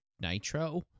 nitro